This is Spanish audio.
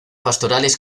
pastorales